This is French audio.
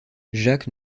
jacques